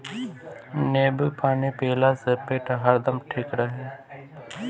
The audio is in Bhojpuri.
नेबू पानी पियला से पेट हरदम ठीक रही